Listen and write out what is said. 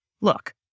look